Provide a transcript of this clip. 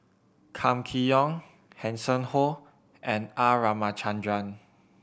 Kam Kee Yong Hanson Ho and R Ramachandran